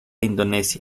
indonesia